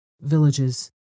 villages